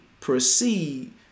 proceed